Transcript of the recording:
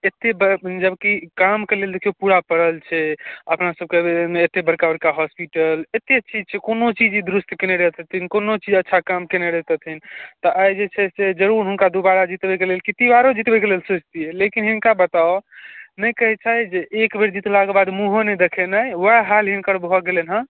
एतेक बड़ जबकि काम कऽ लेल देखिऔ पूरा पड़ल छै अपना सभकऽ बड़का बड़का हॉस्पिटल एतेक चीज छै कोनो चीज ई दुरुस्त कयने रहितथिन कोनो चीज अच्छा काम कयने रहितथिन तऽ आइ जे छै से जरूर हुनका दुबारा जितबैके किति बारो जितबैके लेल सोचितियै लेकिन हिनका बताउ नहि कहैत छै जे एकबेर जितला कऽ बाद मुँहो नहि देखेनाइ ओएह हाल हिनकर भऽ गेलनि हँ